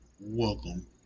welcome